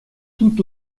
tout